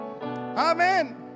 amen